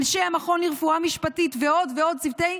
אנשי המכון לרפואה משפטית ועוד ועוד צוותי